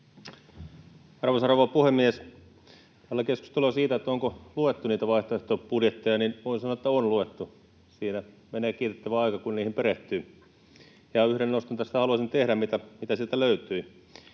Arvoisa rouva puhemies! Täällä on keskustelua siitä, onko luettu niitä vaihtoehtobudjetteja. Voin sanoa, että on luettu. Siinä menee kiitettävä aika, kun niihin perehtyy. Ja yhden noston tästä haluaisin tehdä, mitä sieltä löytyi.